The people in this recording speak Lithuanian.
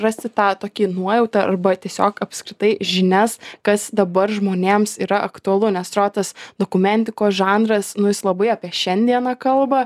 rasti tą tokį nuojautą arba tiesiog apskritai žinias kas dabar žmonėms yra aktualu nes atro tas dokumentikos žanras nu jis labai apie šiandieną kalba